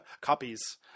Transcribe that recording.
copies